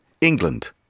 England